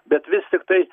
bet vis tiktai